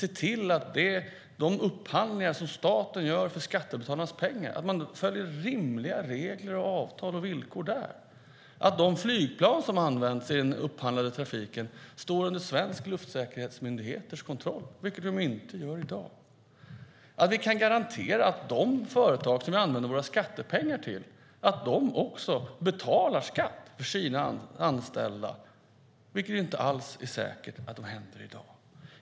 I de upphandlingar staten gör för skattebetalarnas pengar kan man se till att rimliga regler, avtal och villkor följs, att de flygplan som används i den upphandlade trafiken står under svenska luftsäkerhetsmyndigheters kontroll, vilket de inte gör i dag, och att vi kan garantera att de företag som vi använder våra skattepengar till betalar skatt för sina anställda. Det är inte alls säkert att det är så i dag.